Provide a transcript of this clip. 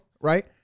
right